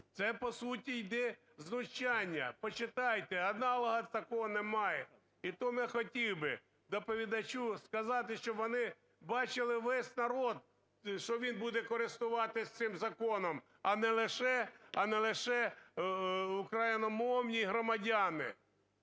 Це, по суті, йде знущання. Почитайте, аналога такого немає. І тому я хотів би доповідачу сказати, щоб вони бачили весь народ, що він буде користуватись цим законом, а не лише україномовні громадяни.